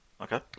Okay